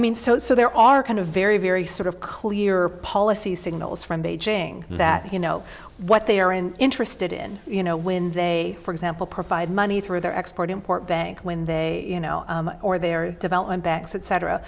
mean so so there are kind of very very sort of clear policy signals from beijing that you know why what they are interested in you know when they for example provide money through their export import bank when they you know or their development banks etc